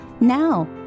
now